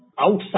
outside